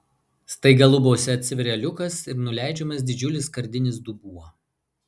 staiga lubose atsiveria liukas ir nuleidžiamas didžiulis skardinis dubuo